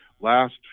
last